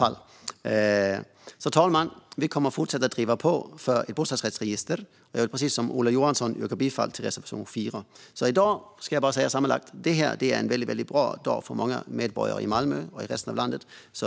Fru talman! Vi kommer att fortsätta driva på för ett bostadsrättsregister, och jag vill precis som Ola Johansson yrka bifall till reservation 4. Sammantaget vill jag i dag säga att denna dag är en väldigt bra dag för många medborgare i Malmö och även i resten av landet.